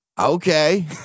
Okay